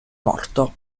morto